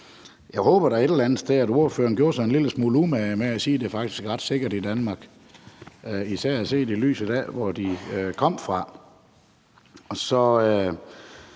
andet sted, at ordføreren gjorde sig en lille smule umage med at sige, at det faktisk er ret sikkert i Danmark, især set i lyset af, hvor de kom fra.